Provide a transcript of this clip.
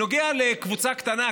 נוגע לקבוצה קטנה,